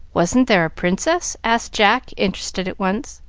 wasn't there a princess? asked jack, interested at once.